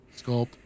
sculpt